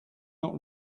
not